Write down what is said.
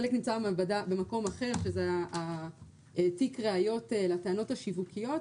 חלק נמצא במקום אחר שזה תיק ראיות לטענות השיווקיות.